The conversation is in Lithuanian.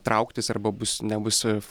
trauktis arba bus nebus